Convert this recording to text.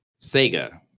Sega